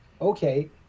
okay